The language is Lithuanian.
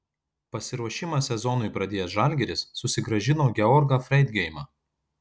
pasiruošimą sezonui pradėjęs žalgiris susigrąžino georgą freidgeimą